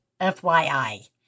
FYI